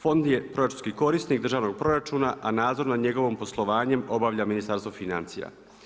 Fond je proračunski korisnik državnog proračuna a nadzor nad njegovim poslovanjem obavlja Ministarstvo financija.